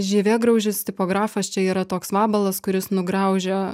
žievėgraužis tipografas čia yra toks vabalas kuris nugraužia